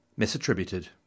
misattributed